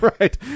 right